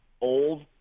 old